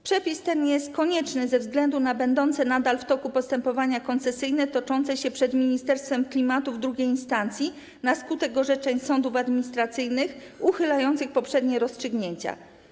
Przepis ten jest konieczny ze względu na nadal będące w toku postępowania koncesyjne toczące się przed Ministerstwem Klimatu w II instancji na skutek orzeczeń sądów administracyjnych uchylających poprzednie rozstrzygnięcia.